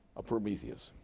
prometheus.